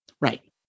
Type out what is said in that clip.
Right